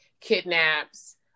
kidnaps